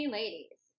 ladies